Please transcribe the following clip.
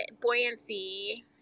buoyancy